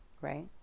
Right